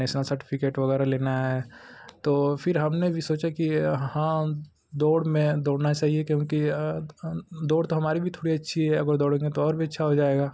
national certificate वगैरह लेना है तो फिर हमने भी सोचा कि हाँ दौड़ में दौड़ना चाहिए क्योंकि दौड़ तो हमारी भी थोड़ी अच्छी है अब और दौड़ेंगे तो और भी अच्छा हो जाएगा